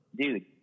dude